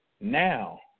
now